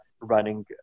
running